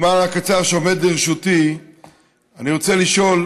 בזמן הקצר שעומד לרשותי אני רוצה לשאול: